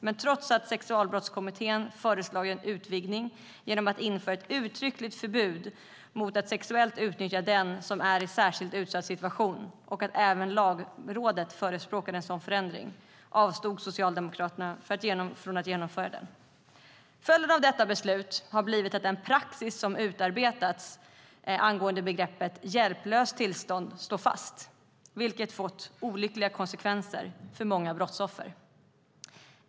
Men trots att Sexualbrottskommittén hade föreslagit en utvidgning genom att införa ett uttryckligt förbud mot att sexuellt utnyttja den som är i en särskilt utsatt situation och att även Lagrådet förespråkade en sådan förändring avstod Socialdemokraterna från att genomföra den. Följden av detta beslut har blivit att den praxis som utarbetats angående begreppet "hjälplöst tillstånd" står fast, vilket har fått olyckliga konsekvenser för många kvinnor.